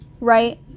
right